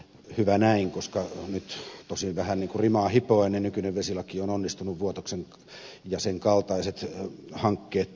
hyvä näin koska nykyinen vesilaki tosin vähän niin kuin rimaa hipoen on onnistunut vuotoksen ja sen kaltaiset hankkeet torjumaan